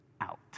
out